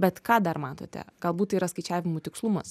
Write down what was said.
bet ką dar matote galbūt tai yra skaičiavimų tikslumas